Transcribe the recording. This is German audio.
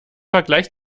vergleich